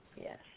yes